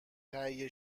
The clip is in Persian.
تهیه